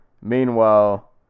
meanwhile